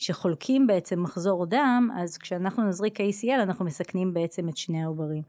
שחולקים בעצם מחזור דם, אז כשאנחנו נזריק ACL אנחנו מסכנים בעצם את שני העוברים.